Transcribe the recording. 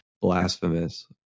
blasphemous